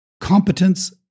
competence